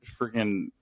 freaking